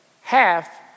half